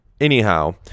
Anyhow